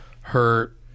hurt